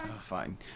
fine